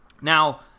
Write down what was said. Now